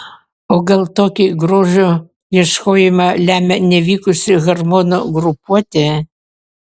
o gal tokį grožio ieškojimą lemia nevykusi hormonų grupuotė